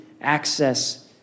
access